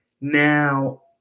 Now